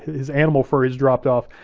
his animal fur has dropped off,